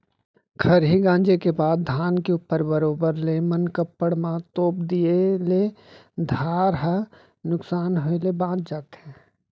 खरही गॉंजे के बाद धान के ऊपर बरोबर ले मनकप्पड़ म तोप दिए ले धार ह नुकसान होय ले बॉंच जाथे